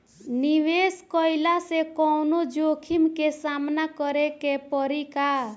निवेश कईला से कौनो जोखिम के सामना करे क परि का?